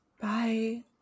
Bye